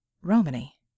Romany